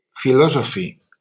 philosophy